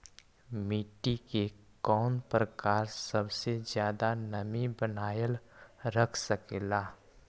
मिट्टी के कौन प्रकार सबसे जादा नमी बनाएल रख सकेला?